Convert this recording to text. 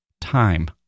time